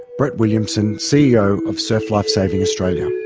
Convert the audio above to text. brett williamson, ceo of surf lifesaving australia.